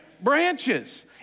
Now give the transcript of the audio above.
branches